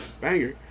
banger